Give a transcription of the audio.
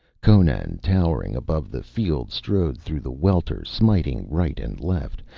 conan, towering above the field, strode through the welter smiting right and left,